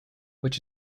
which